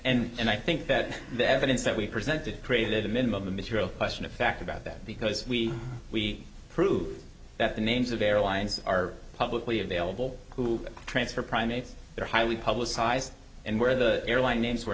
and and i think that the evidence that we presented created a minimum material question of fact about that because we we proved that the names of airlines are publicly available who transfer primates are highly publicized and where the airline names were